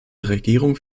regierung